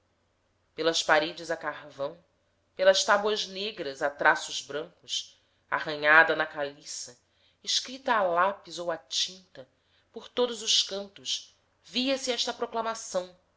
pelas paredes a carvão pelas tábuas negras a traços brancos arranhada na caliça escrita a lápis ou a tinta por todos os cantos via-se esta proclamação